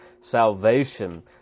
salvation